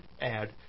add